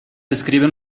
describen